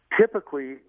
Typically